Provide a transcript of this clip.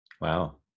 Wow